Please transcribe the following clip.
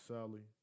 Sally